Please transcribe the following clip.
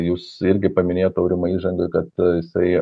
jūs irgi paminėjot aurimai įžangoj kad jisai